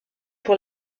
pour